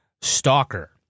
Stalker